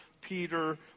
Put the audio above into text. Peter